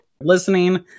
listening